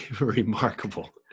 remarkable